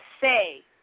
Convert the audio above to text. say